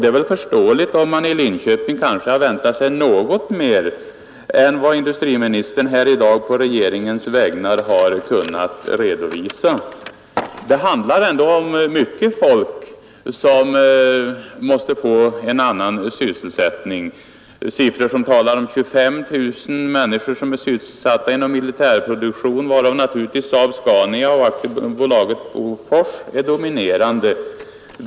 Det är väl förståeligt om man i Linköping väntat sig något mer än vad industriministern här i dag på regeringens vägnar har kunnat redovisa. Det handlar ändå om mycket folk som måste få en annan sysselsättning. Det finns siffror som talar om 25 000 människor som är sysselsatta inom militär produktion, varav naturligtvis SAAB-Scania och AB Bofors är de dominerande företagen.